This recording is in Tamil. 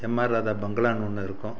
எம் ஆர் ராதா பங்களானு ஒன்று இருக்கும்